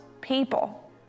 people